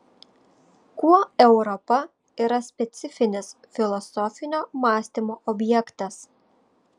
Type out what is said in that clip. kuo europa yra specifinis filosofinio mąstymo objektas